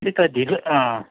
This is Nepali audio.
त्यही त ढिलो अँ